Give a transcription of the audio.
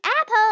apple